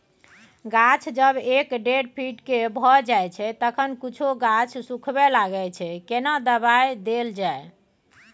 गाछ जब एक डेढ फीट के भ जायछै तखन कुछो गाछ सुखबय लागय छै केना दबाय देल जाय?